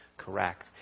correct